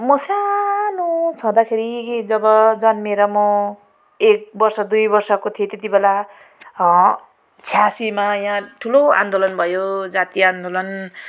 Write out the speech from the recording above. म सानो छँदाखेरि जब जन्मेर म एक वर्ष दुई वर्षको थिएँ त्यति बेला छयासीमा यहाँ ठुलो आन्दोलन भयो जातीय आन्दोलन